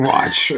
Watch